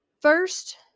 first